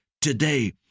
today